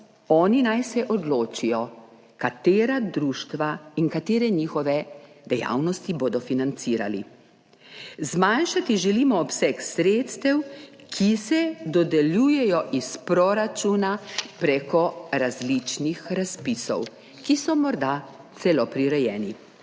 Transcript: Oni naj se odločijo, katera društva in katere njihove dejavnosti bodo financirali. Zmanjšati želimo obseg sredstev, ki se dodeljujejo iz proračuna, preko različnih razpisov, ki so morda celo prirejeni.